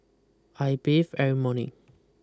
I bathe every morning